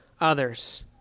others